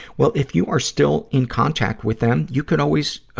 well, if you are still in contact with them, you could always, ah,